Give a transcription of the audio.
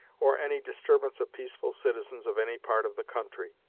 or any disturbance of peaceful citizens of any part of the country